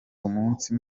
umunsi